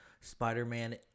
Spider-Man